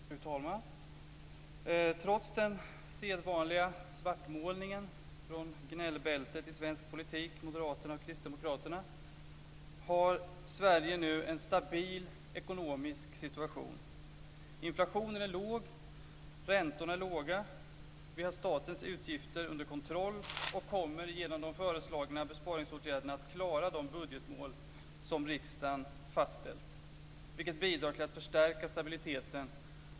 Fru talman! Trots den sedvanliga svartmålningen från gnällbältet i svensk politik, Moderaterna och Kristdemokraterna, har Sverige nu en stabil ekonomisk situation. Inflationen är låg. Räntorna är låga. Vi har statens utgifter under kontroll och kommer genom de föreslagna besparingsåtgärderna att klara de budgetmål som riksdagen fastställt, vilket bidrar till att förstärka stabiliteten.